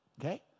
Okay